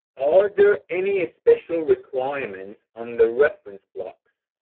are there any special requirements on the reference block?